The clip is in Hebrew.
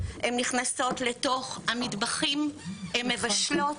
הן נכנסות לתוך המטבחים והן מבשלות,